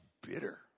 bitter